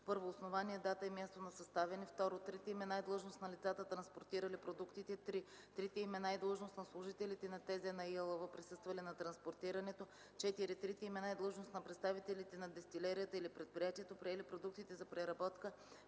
1. основание, дата и място на съставяне; 2. трите имена и длъжност на лицата, транспортирали продуктите; 3. трите имена и длъжност на служителите на ТЗ на ИАЛВ, присъствали на транспортирането; 4. трите имена и длъжност на представителите на дестилерията или предприятието, приели продуктите за преработка;